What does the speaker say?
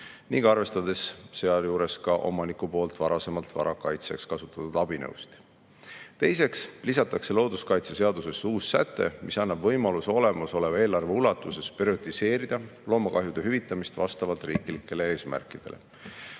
arvestades sealjuures ka omaniku poolt varasemalt vara kaitseks kasutatud abinõusid. Teiseks lisatakse looduskaitseseadusesse uus säte, mis annab võimaluse olemasoleva eelarve ulatuses prioritiseerida loomakahjude hüvitamist vastavalt riiklikele eesmärkidele.